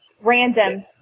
random